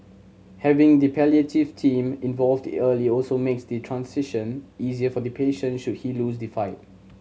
having the palliative team involved early also makes the transition easier for the patient should he lose the fight